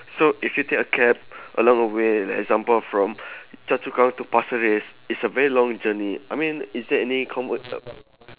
so if you take a cab along the way like example from choa chu kang to pasir ris it's a very long journey I mean is there any conver~